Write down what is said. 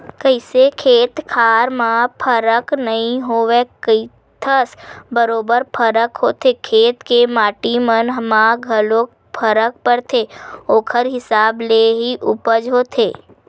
कइसे खेत खार म फरक नइ होवय कहिथस बरोबर फरक होथे खेत के माटी मन म घलोक फरक परथे ओखर हिसाब ले ही उपज होथे